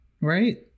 right